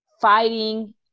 fighting